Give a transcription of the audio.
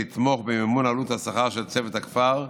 לתמוך במימון עלות השכר של צוות הכפר,